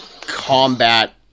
combat